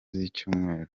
z’icyumweru